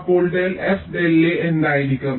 അപ്പോൾ del f del a എന്തായിരിക്കും